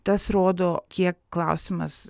tas rodo kiek klausimas